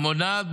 המונעת,